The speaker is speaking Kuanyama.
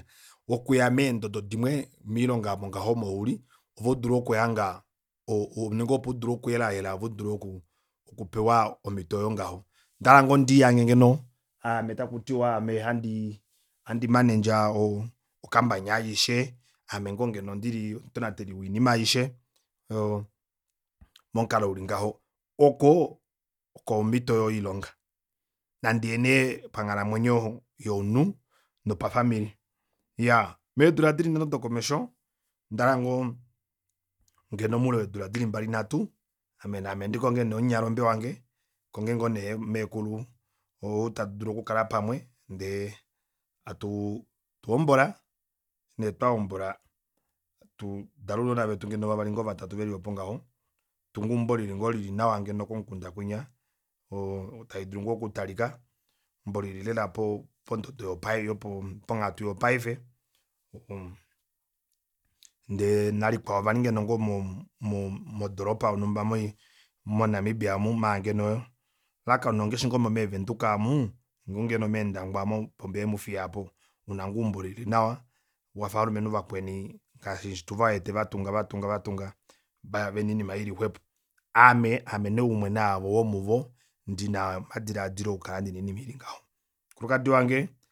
Okuya meendodo dimwe moilonga omo ngaho omo uli ove udule okuhanga o- o- nenge opo udule okuyela yela ove udule okupewa omito oyo ngaho ondahala ngoo ndihange neno aame takutiwa aame handi manenza omito oyo ngaho andi manenza o campany aishe aame ngoo ngeno ndili omutonateli wiinima aishe momukalo uli ngaho oko oko omito yoilonga nandiye nee panghalamwenyo younhu nopa famili iyaa meedula dili nhano dokomesho ondahala ngoo ngeno moule weedula dili mbali nhatu ame naame ndikonge ngoo nee munyalombe wange ndikonge ngoo nee mekulu ou tandulu oukala pamwe ndee hatuu hatuhombola eshi nee twahombola hatu dala ounona vetu vavali vatatu veli opo ngeno opo ngaho hatu tungu eumbo letu ngoo lili nawa ngeno komukunda ngoo kwinya oo tali dulu ngoo okutalika eumbo lili ngeno pododo yopa ponghatu yopaife ndee nalikwao vali ngoo ngeno modoropa yonumba monamibia amu maala ngeno elalakano ongaashi ngoo mee windhoek aamu ile ngoo ngeno meendangwa aamo ile momuthiya aapo una ngoo eumbo lili nawa wafa ovalumenhu vakweni ngaashi tuvawete vatunga vatunga vatunga vena oinima ili xwepo ame aame nee umwe naavo womuvo ndina omadilaadilo oku kala ndina oinima ili ngaho.